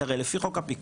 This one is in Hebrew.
כי הרי לפי חוק הפיקוח,